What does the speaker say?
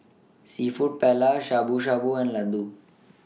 Seafood Paella Shabu Shabu and Ladoo